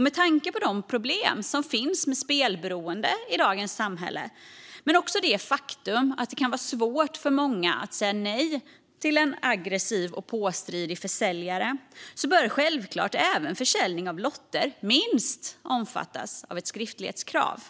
Med tanke på de problem som finns med spelberoende i dagens samhälle och med tanke på det faktum att det kan vara svårt för många att säga nej till en aggressiv och påstridig försäljare bör självklart även försäljning av lotter minst omfattas av ett skriftlighetskrav.